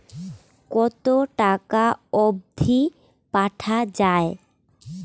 কতো টাকা অবধি পাঠা য়ায়?